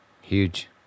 Huge